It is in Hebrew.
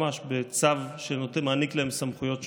ממש בצו שמעניק להם סמכויות שוטר.